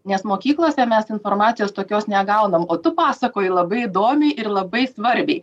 nes mokyklose mes informacijos tokios negaunam o tu pasakoji labai įdomiai ir labai svarbiai